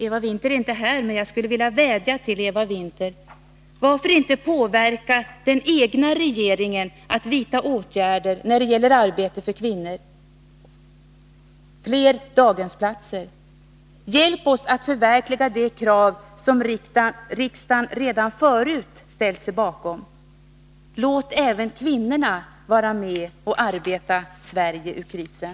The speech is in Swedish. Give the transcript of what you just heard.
Eva Winther är inte här, men jag skulle vilja vädja till Eva Winther: Varför inte påverka den egna regeringen att vidta åtgärder när det gäller arbete för kvinnor, att skapa fler daghemsplatser. Hjälp oss att förverkliga det krav som riksdagen redan förut har ställt sig bakom! Låt även kvinnorna vara med och arbeta Sverige ur krisen!